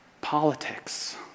politics